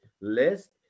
list